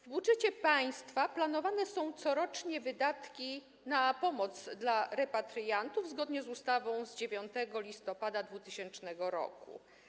W budżecie państwa planowane są corocznie wydatki na pomoc dla repatriantów zgodnie z ustawą z 9 listopada 2000 r.